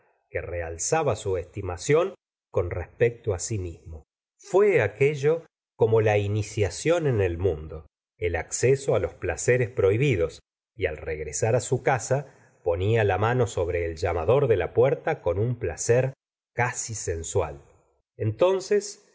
que realzaba su estimación con respecto si mismo fué aquello como la iniciación en el mundo el acceso a los placeres prohibidos y al regresar su casa ponía la mano sobre el llamador de la puerta con un placer casi sensual entonces